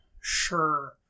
sure